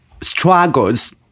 struggles